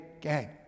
gang